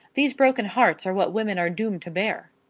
these broken hearts are what women are doomed to bear.